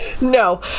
no